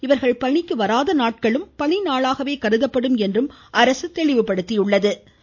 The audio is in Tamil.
இவர்கள் பணிக்கு வராத நாட்களும் பணி நாளாகவே கருதப்படும் எனவும் அரசு கூறியுள்ளது